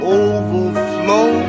overflow